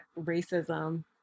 racism